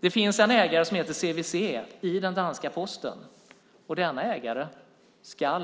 Det finns en ägare som heter CVC i den danska Posten, och denna ägare ska